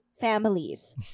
families